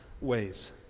ways